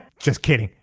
just kidding.